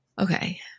Okay